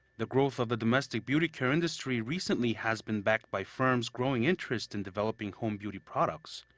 the growth of the domestic beauty care industry recently has been backed by firms' growing interest in developing home beauty products.